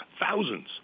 thousands